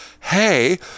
hey